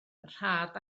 rhad